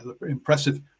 impressive